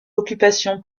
l’occupation